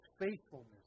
faithfulness